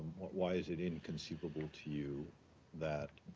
why is it inconceivable to you that